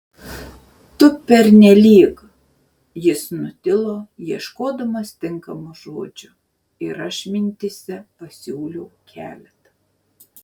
tu pernelyg jis nutilo ieškodamas tinkamo žodžio ir aš mintyse pasiūliau keletą